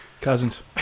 Cousins